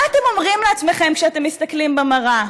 מה אתם אומרים לעצמכם כשאתם מסתכלים במראה?